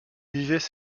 vivaient